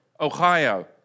Ohio